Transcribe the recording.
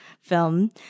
film